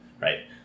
right